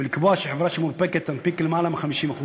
ולקבוע שחברה שמונפקת תנפיק למעלה מ-50%,